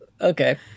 okay